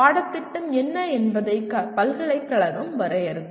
பாடத்திட்டம் என்ன என்பதை பல்கலைக்கழகம் வரையறுக்கும்